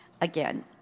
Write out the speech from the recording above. again